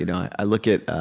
you know i look at ah